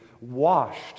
washed